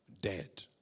dead